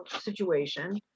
situation